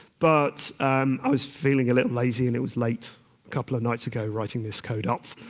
but i was feeling a little lazy, and it was late a couple of nights ago writing this code up.